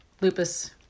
lupus